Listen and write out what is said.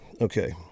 okay